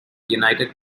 united